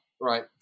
right